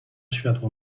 światło